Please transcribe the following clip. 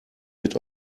mit